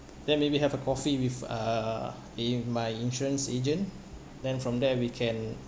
then maybe have a coffee with uh with my insurance agent then from there we can